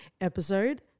episode